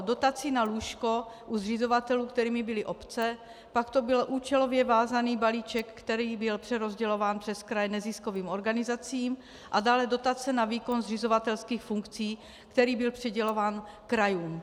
Dotací na lůžko u zřizovatelů, kterými byly obce, pak to byl účelově vázaný balíček, který byl přerozdělován přes kraje neziskovým organizacím, a dále dotace na výkon zřizovatelských funkcí, který byl přidělován krajům.